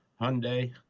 Hyundai